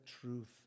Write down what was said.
truth